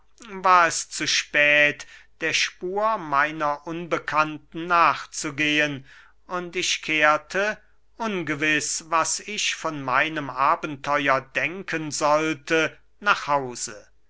war es zu spät der spur meiner unbekannten nachzugehen und ich kehrte ungewiß was ich von meinem abenteuer denken sollte nach hause